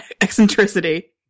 eccentricity